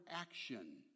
action